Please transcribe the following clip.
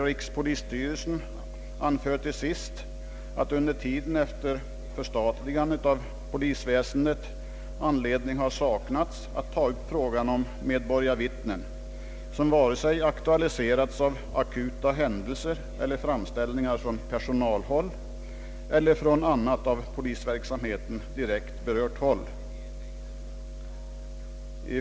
Rikspolisstyrelsen anför till sist att under tiden efter förstatligandet av polisväsendet anledning har saknats att taga upp frågan, som vare sig aktualiserats av akuta händelser eller framställningar från personalhåll eller från annat av polisverksaniheten direkt berört håll.